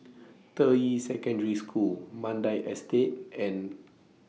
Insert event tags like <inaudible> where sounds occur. <noise> Deyi Secondary School Mandai Estate and